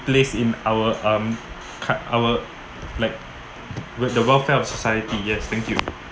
placed in our um cut our like with the welfare of society yes thank you